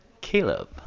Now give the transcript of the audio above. Caleb